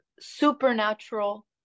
supernatural